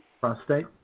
Prostate